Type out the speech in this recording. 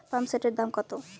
পাম্পসেটের দাম কত?